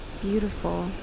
beautiful